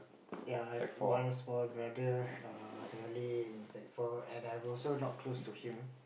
ya I have one small brother err currently in sec four and I'm also not close to him